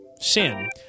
sin